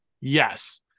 yes